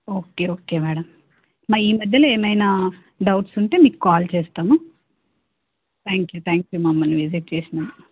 okay okay madam ఈ మధ్యలో ఏమైనా డౌట్స్ ఉంటే మీకు కాల్ చేస్తాము థ్యాంక్ యూ థ్యాంక్ యూ మమ్మల్ని విజిట్ చేసినందుకు